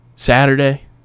saturday